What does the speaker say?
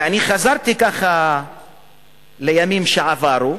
חזרתי לימים עברו,